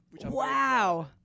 Wow